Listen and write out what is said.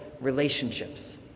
relationships